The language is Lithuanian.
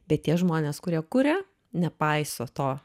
bet tie žmonės kurie kuria nepaiso to